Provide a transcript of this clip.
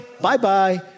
Bye-bye